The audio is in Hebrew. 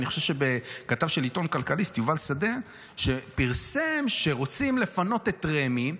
אני חושב שכתב עיתון כלכליסט יובל שדה פרסם שרוצים לפנות את רמ"י,